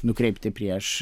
nukreipti prieš